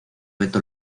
beto